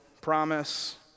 promise